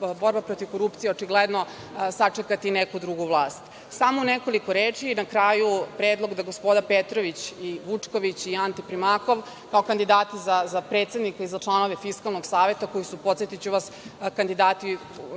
borba protiv korupcije očigledno sačekati neku drugu vlast. Na kraju, predlog da gospoda Petrović i Vučković i Ante Primakov kao kandidati za predsednika i za članove Fiskalnog saveta koji su, podsetiću vas, kandidati